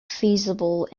feasible